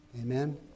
Amen